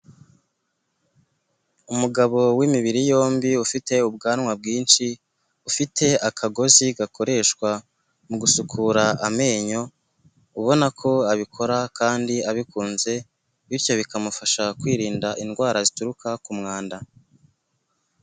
Umugabo w'imibiri yombi ufite ubwanwa bwinshi, ufite akagozi gakoreshwa mu gusukura amenyo ubona ko abikora kandi abikunze bityo bikamufasha kwirinda indwara zituruka ku mwanda.